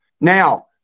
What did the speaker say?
Now